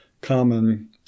common